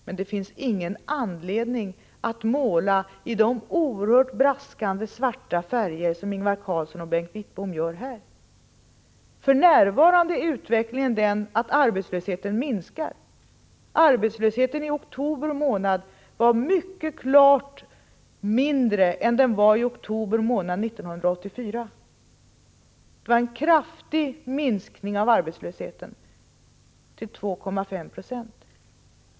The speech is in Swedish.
Men det finns ingen anledning att måla i de oerhört braskande mörka färger som Ingvar Karlsson och Bengt Wittbom använder här. För närvarande är utvecklingen den, att arbetslösheten minskar. I oktober månad i år var arbetslösheten mycket klart mindre än i oktober månad 1984. Det var en kraftig minskning av arbetslösheten till 2,5 20.